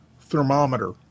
thermometer